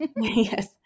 Yes